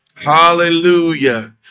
Hallelujah